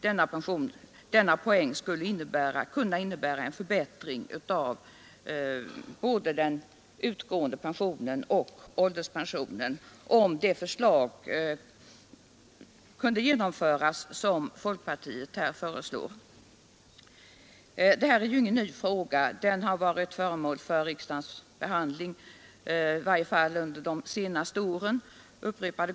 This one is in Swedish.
Denna poäng skulle innebära en förbättring av både den utgående pensionen och ålderspensionen, om det förslag kunde genomföras som folkpartiet föreslår. Den här frågan är inte ny; den har behandlats i riksdagen upprepade gånger under de senaste åren.